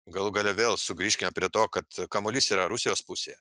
galų gale vėl sugrįžkime prie to kad kamuolys yra rusijos pusėje